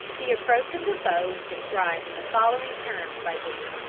the approach of the foe is described in the following terms by boone